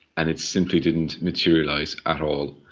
and it simply didn't materialise at all.